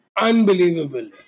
unbelievable